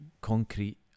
concrete